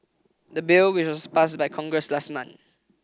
the bill which was passed by Congress last month